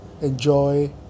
enjoy